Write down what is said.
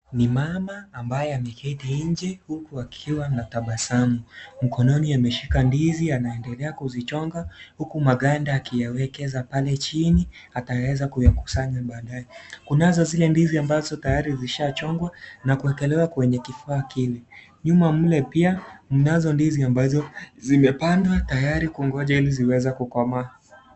Ni mama ambaye ameketi nje huku akiwa na tabasamu, mkononi ameshika ndizi anaendelea kuzichonga huku maganda akiyawekeza pale chini ataweza kuyakusanya baadae, kunazo zile ndizi ambazo tayari zishachongwa na kuwekelewa kwenye kifaa kile, nyuma mle pia kuna ndizi ambazo zimepandwa tayari kungonja ili yaweze kukomaa.